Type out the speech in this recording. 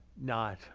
not